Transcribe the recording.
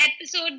episode